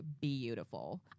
beautiful